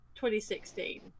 2016